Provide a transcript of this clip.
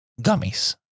gummies